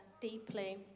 deeply